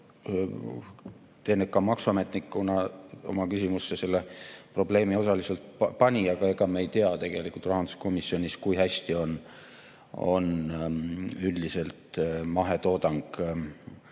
teeneka maksuametnikuna oma küsimusse selle probleemi osaliselt pani, aga ega me ei tea tegelikult rahanduskomisjonis, kui hästi on mahetoodang üldiselt